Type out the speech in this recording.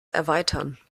erweitern